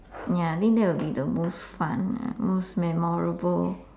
ya think that will be the most fun lah most memorable